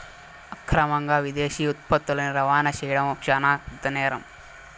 అక్రమంగా విదేశీ ఉత్పత్తులని రవాణా చేయడం శాన పెద్ద నేరం